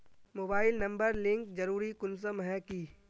Mobile number link जरुरी कुंसम है की?